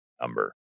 number